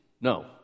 no